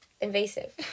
invasive